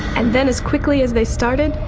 and then as quickly as they started,